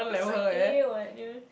because like !eww! what ya